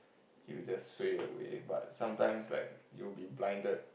you just sway away but sometimes like you'll be blinded